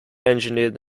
engineered